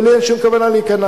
ולי אין שום כוונה להיכנע.